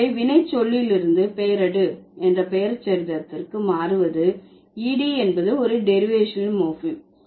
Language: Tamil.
எனவே வினைச்சொல்லிலிருந்து பெயரெடு என்ற பெயரெச்சரிதத்திற்கு மாறுவது ed என்பது ஒரு டெரிவேஷனல் மோர்பீம்